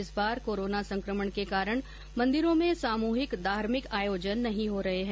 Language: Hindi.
इस बार कोरोना संक्रमण के कारण मंदिरों में सामूहिक धार्मिक आयोजन नहीं हो रहे हैं